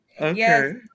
yes